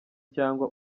cyangwa